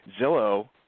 Zillow